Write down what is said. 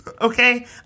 Okay